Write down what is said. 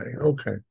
Okay